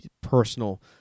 personal